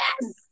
yes